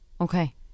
okay